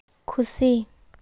ᱠᱷᱩᱥᱤ